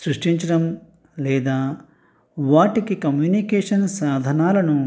సృష్టించడం లేదా వాటికి కమ్యూనికేషన్ సాధనాలను